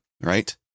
right